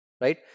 Right